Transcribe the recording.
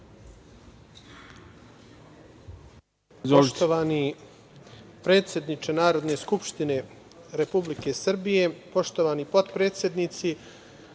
Poštovani predsedniče Narodne skupštine Republike Srbije, poštovani potpredsednici,